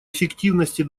эффективности